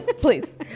please